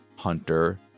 hunter